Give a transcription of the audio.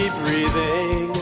breathing